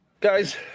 Guys